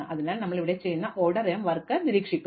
അതിനാൽ ഞങ്ങൾ ഇവിടെ ചെയ്യുന്ന ഈ ഓർഡർ m വർക്ക് നിരീക്ഷിക്കുന്നു